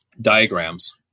diagrams